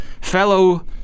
fellow